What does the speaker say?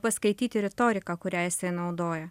paskaityti retoriką kurią jisai naudojo